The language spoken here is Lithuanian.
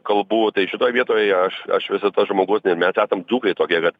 kalbų tai šitoj vietoj aš aš vis dėlto žmogus ne mes esam dzūkai tokie kad